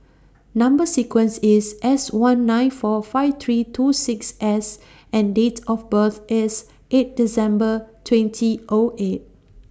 Number sequence IS S one nine four five three two six S and Date of birth IS eight December twenty O eight